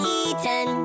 eaten